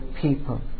people